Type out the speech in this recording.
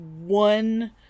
one